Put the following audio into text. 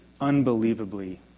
unbelievably